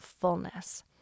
fullness